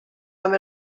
amb